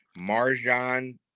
Marjan